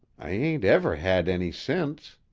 i ain't ever had any since.